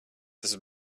tas